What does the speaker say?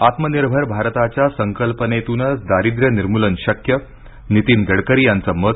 आत्मनिर्भर भारताच्या संकल्पनेतूनच दारिद्र्यनिर्मूलन शक्य नितीन गडकरी यांचं मत